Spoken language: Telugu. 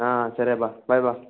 సరే బా బాయ్ బా